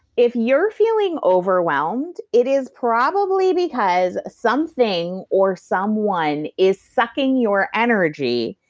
if you're feeling overwhelmed, it is probably because something or someone is sucking your energy